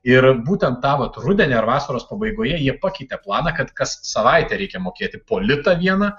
ir būtent tą vat rudenį ar vasaros pabaigoje jie pakeitė planą kad kas savaitę reikia mokėti po litą vieną